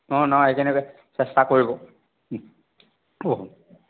নহয় নহয় এইখিনি চেষ্টা কৰিব অঁ